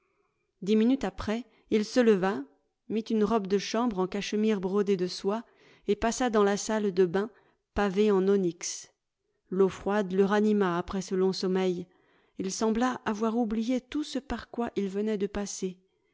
dix minutes après il se leva mit une robe de chambre en cachemire brodée de soie et passa dans la salle de bains pavée en onyx l'eau froide le ranima après ce long sommeil il sembla avoir oublié tout ce par quoi il venait de passer